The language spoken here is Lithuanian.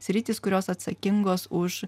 sritys kurios atsakingos už